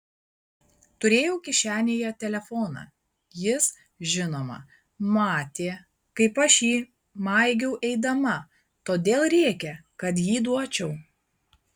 turėjau kišenėje telefoną jis žinoma matė kaip aš jį maigiau eidama todėl rėkė kad jį duočiau